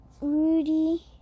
Rudy